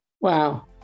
Wow